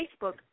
Facebook